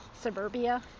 suburbia